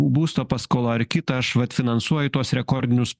būsto paskola ar kita aš vat finansuoju tuos rekordinius